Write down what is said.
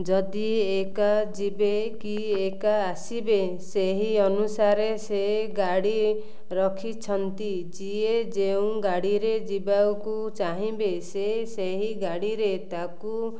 ଯଦି ଏକା ଯିବେ କି ଏକା ଆସିବେ ସେହି ଅନୁସାରେ ସେ ଗାଡ଼ି ରଖିଛନ୍ତି ଯିଏ ଯେଉଁ ଗାଡ଼ିରେ ଯିବାକୁ ଚାହିଁବେ ସେ ସେହି ଗାଡ଼ିରେ ତାକୁ